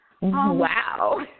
Wow